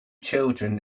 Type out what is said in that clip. children